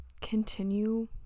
continue